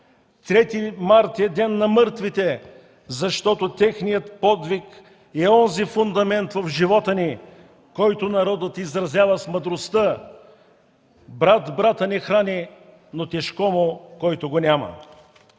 март е ден на мъртвите, защото техният подвиг е онзи фундамент в живота ни, който народът изразява с мъдростта – брат брата не храни, но тежко му, който го няма.